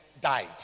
died